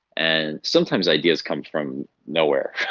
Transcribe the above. and sometimes ideas come from nowhere,